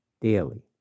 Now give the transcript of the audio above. daily